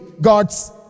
God's